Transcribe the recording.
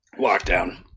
Lockdown